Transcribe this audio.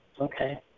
Okay